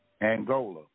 Angola